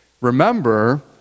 Remember